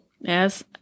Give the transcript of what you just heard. Yes